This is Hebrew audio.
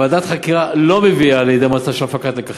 ועדת חקירה לא מביאה לידי מצב של הפקת לקחים.